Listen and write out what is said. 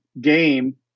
game